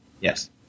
Yes